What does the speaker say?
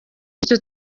bityo